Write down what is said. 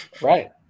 right